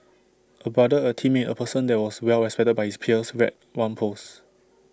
A brother A teammate A person that was well respected by his peers read one post